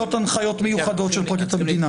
הנחיות מיוחדות של פרקליטות המדינה.